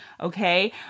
Okay